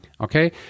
Okay